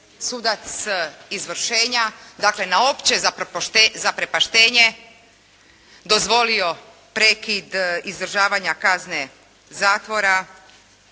sudac izvršenja, dakle na opće zaprepaštenje dozvoli prekid izdržavanja kazne zatvora